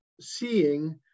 seeing